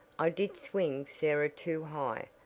i did swing sarah too high,